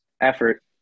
effort